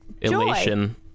Elation